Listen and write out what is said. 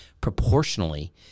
proportionally